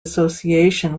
association